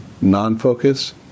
non-focus